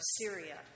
Syria